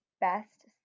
best